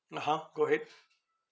(uh huh) go ahead